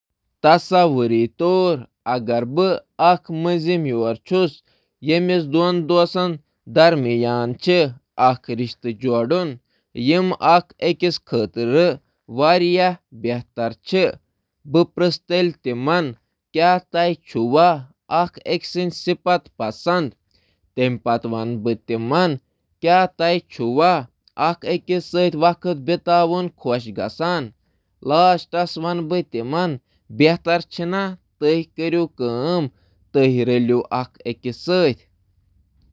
یہٕ کٔرِو تصویر: بہٕ چُھس اکھ میچ میکر یتھ زٕ دوست اکوٹہٕ اننُک کام چُھ دِنہٕ آمُت۔ بہٕ کَرٕ اعتماد سان تِمَن پرٛژھہِ زِ کیا تِم چھا اَکھ أکِس تعریٖف کَران تہٕ کٔمۍ خوٗبِیات چھِ تِمَن دلکش باسان۔ امہٕ پتہٕ، بہٕ کرٕ براہ راست تجویز زِ تم کرن اکھ أکس سۭتۍ خانٛدر۔